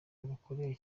yakoreye